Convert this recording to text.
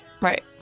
Right